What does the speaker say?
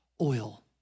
oil